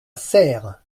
serres